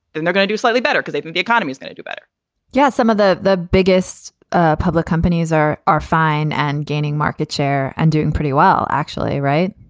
they're going to do slightly better because the economy's going to do better yeah, some of the the biggest ah public companies are are fine and gaining market share and doing pretty well, actually, right?